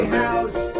house